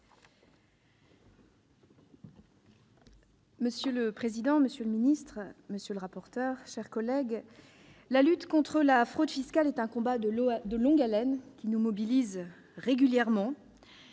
Monsieur le président, monsieur le secrétaire d'État, monsieur le rapporteur, chers collègues, la lutte contre la fraude fiscale est un combat de longue haleine, qui nous mobilise régulièrement.